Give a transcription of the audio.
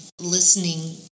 Listening